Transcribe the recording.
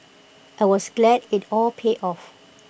I was glad IT all paid off